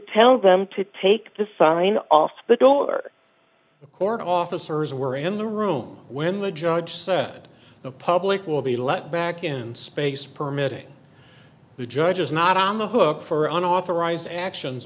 tell them to take the sign off the dole or the court officers were in the room when the judge said the public will be let back in space permitting the judge is not on the hook for unauthorized actions